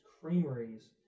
creameries